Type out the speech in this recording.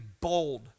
Bold